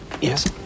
yes